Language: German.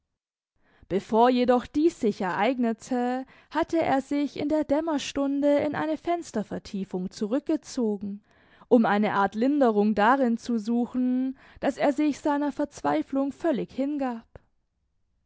bevor jedoch dies sich ereignete hatte er sich in der dämmerstunde in eine fenstervertiefung zurückgezogen um eine art linderung darin zu suchen daß er sich seiner verzweiflung völlig hingab